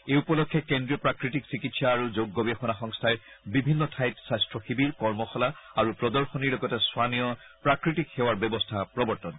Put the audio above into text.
এই উপলক্ষে কেন্দ্ৰীয় প্ৰাকৃতিক চিকিৎসা আৰু যোগ গৱেষণা সংস্থাই বিভিন্ন ঠাইত স্বস্থা শিবিৰ কৰ্মশালা আৰু প্ৰদশনীৰ লগতে স্থানীয় প্ৰাকৃতিক সেৱাৰ ব্যৱস্থা গ্ৰহণ কৰে